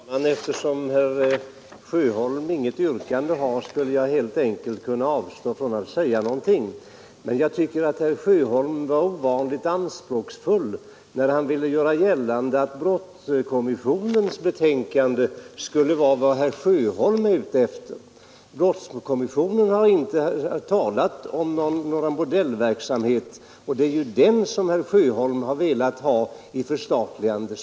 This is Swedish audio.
Fru talman! Eftersom herr Sjöholm inte hade något yrkande, skulle jag helt enkelt kunna avstå från att säga någonting. Men jag tycker att herr Sjöholm var ovanligt anspråksfull, när han ville göra gällande att brottskommissionens betänkande skulle uppfylla vad herr Sjöholm är ute efter. Brottskommissionen har dock inte talat om någon bordellverksamhet, och det är ju den som herr Sjöholm velat ha förstatligad.